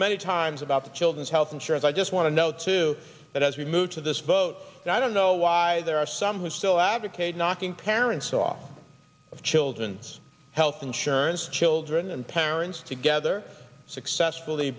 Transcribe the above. talked many times about the children's health insurance i just want to know too that as we move to this vote i don't know why there are some who still advocate knocking parents saw children's health insurance children and parents together successfully